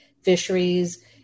fisheries